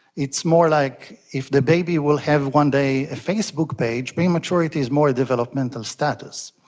it's more like if the baby will have one day a facebook page, prematurity is more a developmental status.